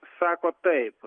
sako taip